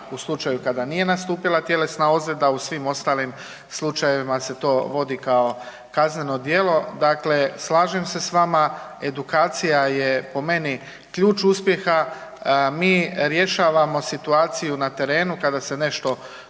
u slučaju kada nije nastupila tjelesna ozljeda, a u svim ostalim slučajevima se to vodi kao kazneno djelo dakle slažem se s vama, edukacija je po meni ključ uspjeha. Mi rješavamo situaciju na terenu kada se nešto dogodi,